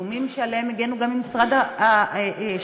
סיכומים שאליהם הגענו גם במשרד השיכון,